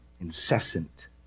incessant